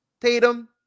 Tatum